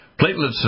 platelets